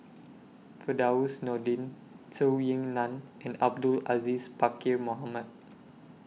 Firdaus Nordin Zhou Ying NAN and Abdul Aziz Pakkeer Mohamed